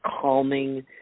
calming